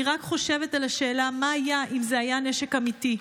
אני רק חושבת על השאלה: מה היה אם זה היה נשק אמיתי?